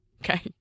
Okay